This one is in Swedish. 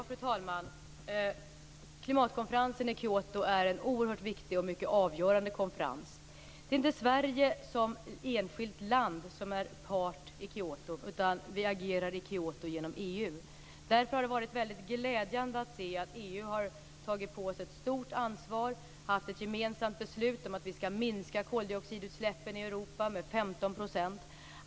Fru talman! Klimatkonferensen i Kyoto är en oerhört viktig och mycket avgörande konferens. Det är inte Sverige som enskilt land som är part i Kyoto. Vi agerar i Kyoto genom EU. Därför har det varit väldigt glädjande att se att EU har tagit på sig ett stort ansvar. EU har fattat ett gemensamt beslut om att vi skall minska koldioxidutsläppen i Europa med 15 %.